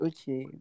Okay